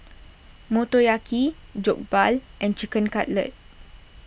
Motoyaki Jokbal and Chicken Cutlet